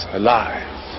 alive